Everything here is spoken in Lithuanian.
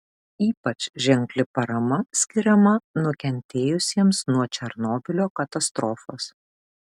ypač ženkli parama skiriama nukentėjusiems nuo černobylio katastrofos